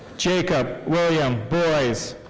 jacob william boyes.